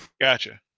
Gotcha